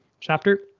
chapter